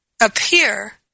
appear